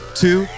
two